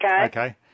Okay